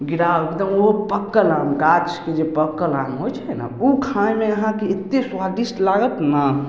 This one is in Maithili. गिराउ तऽ ओहो पक्कल आम गाछके जे पक्कल आम होइ छै ने ओ खायमे अहाँके एतेक स्वादिस्ट लागत ने